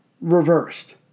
reversed